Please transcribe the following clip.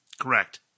Correct